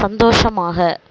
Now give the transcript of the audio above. சந்தோஷமாக